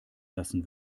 lassen